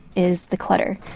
is the clutter,